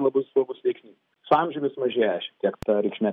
labai svarbus veiksnys su amžiumi sumažėja šiek tiek ta reikšmė